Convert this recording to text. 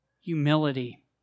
humility